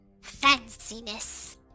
Fanciness